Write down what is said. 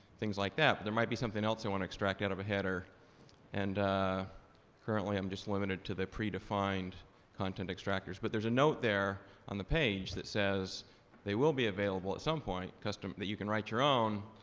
things like that, but there might be something else i want to extract out of a header and currently i'm just limited to the pre-defined content extractors, but there's a note there on the page that says they will be available at some point custom, that you can write your own,